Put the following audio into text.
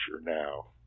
now